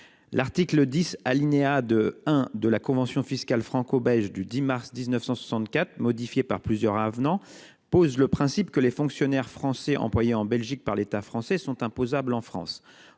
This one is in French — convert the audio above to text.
L'article 10 alinéa 2 1 de la convention fiscale franco-belge du 10 mars 1964, modifié par plusieurs avenants pose le principe que les fonctionnaires français employé en Belgique par l'État français sont imposables en France